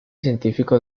científico